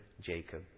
Jacob